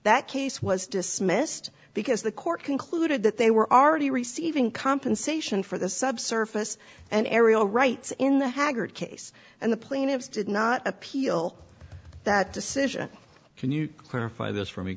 that case was dismissed because the court concluded that they were already receiving compensation for the subsurface and aerial rights in the haggard case and the plaintiffs did not appeal that decision can you clarify this for me